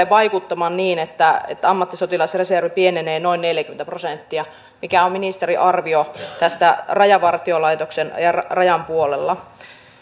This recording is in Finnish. vaikuttamaan niin että että ammattisotilasreservi pienenee noin neljäkymmentä prosenttia mikä on ministerin arvio tästä rajavartiolaitoksen rajan puolella